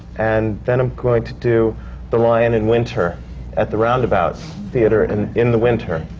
and then i'm going to do the lion in winter at the roundabout theatre, and in the winter,